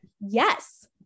Yes